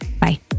Bye